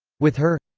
with her.